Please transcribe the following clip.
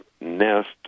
nest